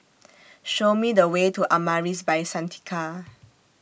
Show Me The Way to Amaris By Santika